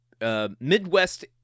Midwest